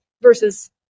versus